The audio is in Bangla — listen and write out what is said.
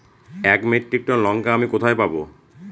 এক মেট্রিক টন লঙ্কা আমি কোথায় পাবো?